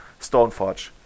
Stoneforge